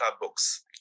Books